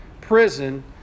prison